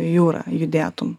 jūrą judėtum